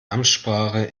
amtssprache